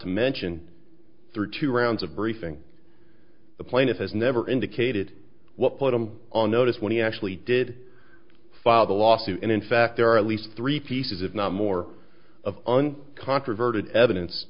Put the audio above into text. to mention through two rounds of briefing the plaintiff has never indicated what put them on notice when he actually did file the lawsuit and in fact there are at least three pieces if not more of uncontroverted evidence